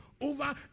over